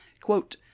Quote